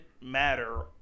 matter